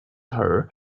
her